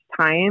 time